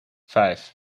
vijf